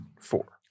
four